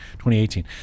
2018